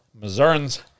Missourians